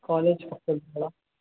college ಪಕ್ಕದಲ್ಲಿದ್ಯಲ್ಲ